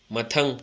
ꯃꯊꯪ